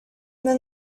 then